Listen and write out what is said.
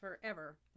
forever